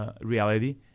Reality